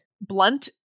Blunt